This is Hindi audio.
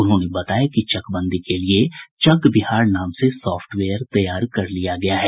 उन्होंने बताया कि चकबंदी के लिए चक बिहार नाम से सॉफ्टवेयर तैयार कर लिया गया है